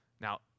Now